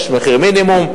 יש מחיר מינימום,